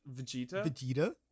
Vegeta